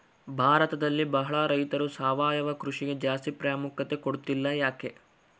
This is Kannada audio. ಭಾರತದಲ್ಲಿ ಬಹಳ ರೈತರು ಸಾವಯವ ಕೃಷಿಗೆ ಜಾಸ್ತಿ ಪ್ರಾಮುಖ್ಯತೆ ಕೊಡ್ತಿಲ್ಲ ಯಾಕೆ?